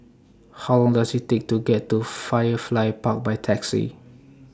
How Long Does IT Take to get to Firefly Park By Taxi